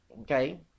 okay